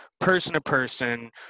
person-to-person